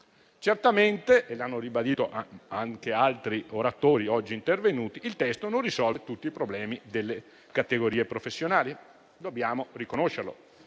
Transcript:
Certamente - e lo hanno ribadito anche altri oratori oggi intervenuti - il testo non risolve tutti i problemi delle categorie professionali, dobbiamo riconoscerlo: